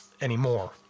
anymore